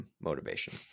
motivation